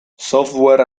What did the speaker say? software